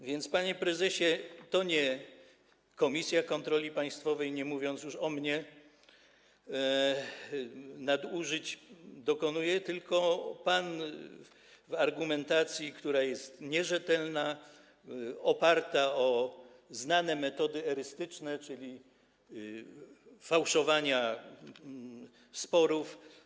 A więc, panie prezesie, to nie komisja kontroli państwowej, nie mówiąc już o mnie, dokonuje nadużyć, tylko pan w argumentacji, która jest nierzetelna, oparta na znanych metodach erystycznych, czyli fałszowaniu sporów.